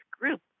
group